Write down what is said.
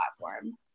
platform